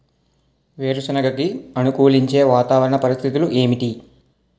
వేరుసెనగ కి అనుకూలించే వాతావరణ పరిస్థితులు ఏమిటి?